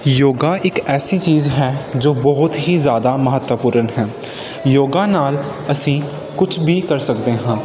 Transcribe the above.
ਯੋਗਾ ਇੱਕ ਐਸੀ ਚੀਜ਼ ਹੈ ਜੋ ਬਹੁਤ ਹੀ ਜ਼ਿਆਦਾ ਮਹੱਤਵਪੂਰਨ ਹੈ ਯੋਗਾ ਨਾਲ ਅਸੀਂ ਕੁੱਛ ਵੀ ਕਰ ਸਕਦੇ ਹਾਂ